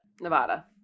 Nevada